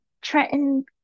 Trenton